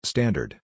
Standard